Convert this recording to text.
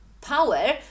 power